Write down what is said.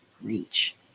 reach